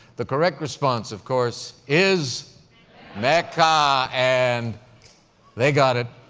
the correct response, of course, is mecca and they got it.